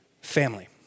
Family